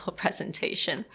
presentation